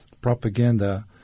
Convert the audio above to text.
propaganda